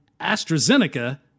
AstraZeneca